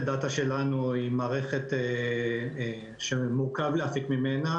הנתונים שלנו היא מערכת שמורכב להסיק ממנה,